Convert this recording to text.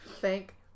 Thank